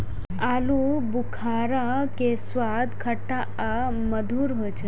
आलू बुखारा के स्वाद खट्टा आ मधुर होइ छै